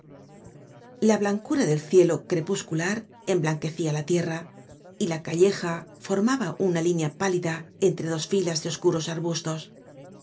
la blancura del cielo crepuscular emblanquecía la tierra y la calleja formaba una línea pálida entre dos filas de oscuros arbustos de